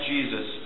Jesus